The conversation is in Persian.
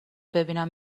ببینم